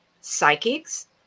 psychics